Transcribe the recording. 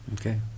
Okay